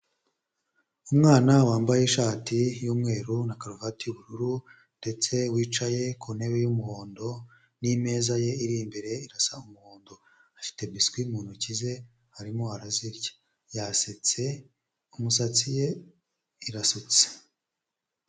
Umwana wambaye ishati y'umweru na karuvati y'ubururu ndetse wicaye ku ntebe y'umuhondo n'imeza ye iri imbere irasa umuhondo. Afite bisikwi mu ntoki ze arimo arazirya, yasetse umusatsi ye irasetse.